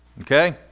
Okay